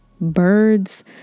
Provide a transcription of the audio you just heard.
birds